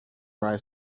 dry